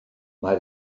mae